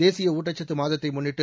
தேசிய ஊட்டச்சத்து மாதத்தை முன்னிட்டு